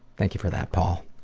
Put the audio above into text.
thank you for that, paul.